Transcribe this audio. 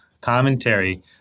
commentary